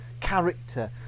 character